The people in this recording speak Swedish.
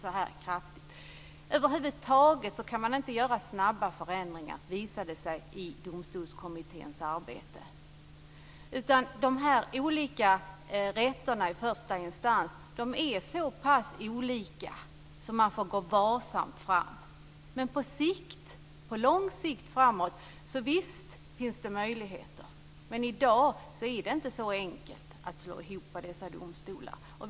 Det visade sig i Domstolskommitténs arbete att man över huvud taget inte kan göra snabba förändringar. De här olika rätterna i första instans är så pass olika att man får gå varsamt fram. På lång sikt finns det möjligheter, men det är inte så enkelt att slå ihop dessa domstolar i dag.